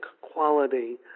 quality